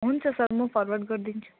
हुन्छ सर म फर्वर्ड गरिदिन्छु